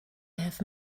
have